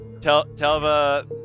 Telva